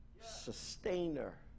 sustainer